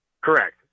Correct